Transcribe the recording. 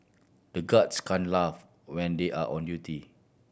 the guards can't laugh when they are on duty